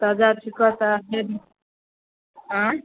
ताजा चिक्कस तऽ हइ नहि आँए